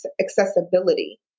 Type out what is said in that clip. accessibility